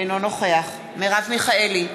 אינו נוכח מרב מיכאלי,